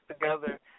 together